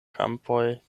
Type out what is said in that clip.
kampoj